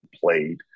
played